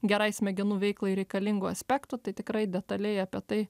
gerai smegenų veiklai reikalingų aspektų tai tikrai detaliai apie tai